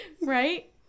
Right